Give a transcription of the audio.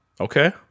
Okay